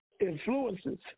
influences